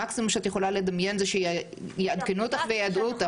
המקסימום שאת יכולה לדמיין זה שיעדכנו אותך ויידעו אותך.